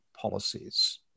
policies